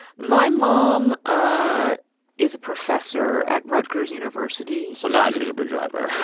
my mom ah is a professor at rutgers university so not an uber driver